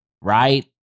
right